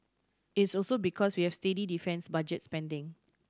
it's also because we have steady defence budget spending